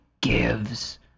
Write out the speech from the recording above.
gives